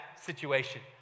situation